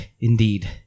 indeed